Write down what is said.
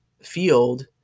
field